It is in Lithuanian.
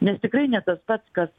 nes tikrai ne tas pats kas